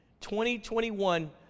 2021